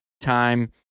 time